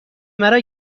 مرا